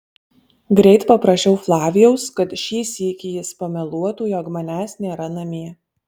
greit paprašiau flavijaus kad šį sykį jis pameluotų jog manęs nėra namie